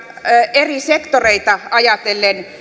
eri sektoreita ajatellen